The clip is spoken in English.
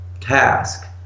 task